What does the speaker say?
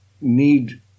need